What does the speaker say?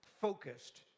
focused